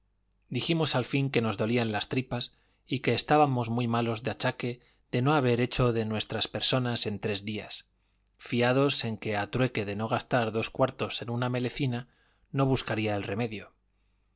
dijimos al fin que nos dolían las tripas y que estábamos muy malos de achaque de no haber hecho de nuestras personas en tres días fiados en que a trueque de no gastar dos cuartos en una melecina no buscaría el remedio